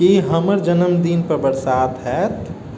की हमर जन्मदिन पर बरसात हाएत